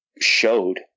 showed